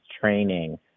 training